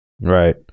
Right